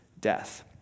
death